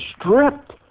stripped